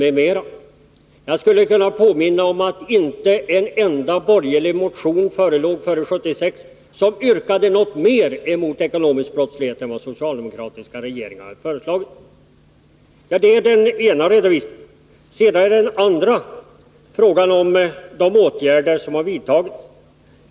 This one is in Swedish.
Jag skulle kunna påminna om att det inte förelåg en enda borgerlig motion före 1976 med yrkande om fler åtgärder mot ekonomisk brottslighet än vad socialdemokratiska regeringar har föreslagit. Det är den ena redovisningen. Den andra redovisningen gäller de åtgärder som har vidtagits.